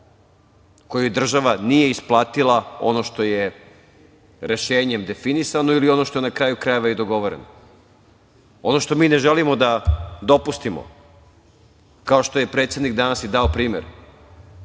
kojoj država nije isplatila ono što je rešenjem definisano ili ono što je, na kraju krajeva, i dogovoreno. Ono što mi ne želimo da dopustimo, kao što je predsednik danas i dao primer,